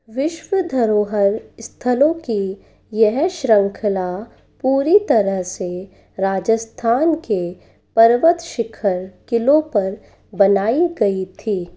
विश्व धरोहर स्थलों की यह श्रृंखला पूरी तरह से राजस्थान के पर्वतशिखर किलों पर बनाई गई थी